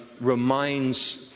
reminds